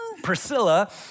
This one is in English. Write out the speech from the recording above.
Priscilla